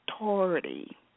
authority